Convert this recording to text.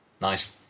Nice